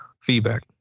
Feedback